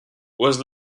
was